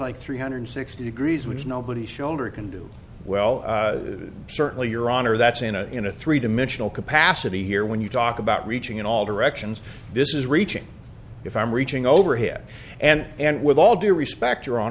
like three hundred sixty degrees which nobody shoulder can do well certainly your honor that's in a in a three dimensional capacity here when you talk about reaching in all directions this is reaching if i'm reaching overhead and and with all due respect